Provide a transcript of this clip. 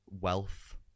wealth